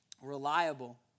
reliable